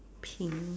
pink